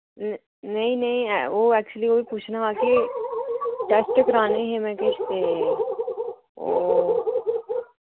नेईं नेईं ओह् ऐक्चुअली ओह् बी पुच्छना हा कि टैस्ट कराने हे में किश ते ओ